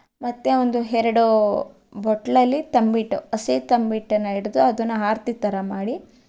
ಮತ್ತು ಅವೊಂದು ಎರಡು ಬಟ್ಟಲಲ್ಲಿ ತಂಬಿಟ್ಟು ಹಸಿ ತಂಬಿಟ್ಟನ್ನು ಹಿಡ್ದು ಅದನ್ನು ಆರತಿ ಥರ ಮಾಡಿ